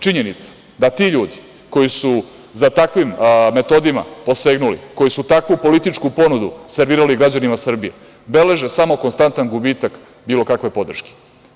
Činjenica da ti ljudi koji su za takvim metodama posegnuli, koji su takvu političku ponudu servirali građanima Srbije, beleže samo konstantan gubitak bilo kakve podrške.